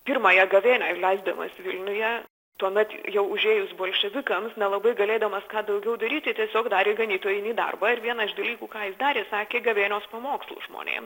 pirmąją gavėnią leisdamas vilniuje tuomet jau užėjus bolševikams nelabai galėdamas ką daugiau daryti tiesiog darė ganytojinį darbą ir vieną iš dalykų ką jis darė sakė gavėnios pamokslus žmonėm